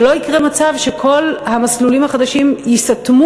שלא יקרה מצב שכל המסלולים החדשים ייסתמו